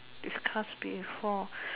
is discussed before